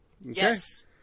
Yes